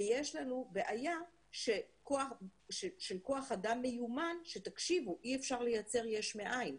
ויש לנו בעיה של כוח אדם מיומן שתקשיבו אי אפשר לייצר "יש מאין".